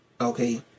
Okay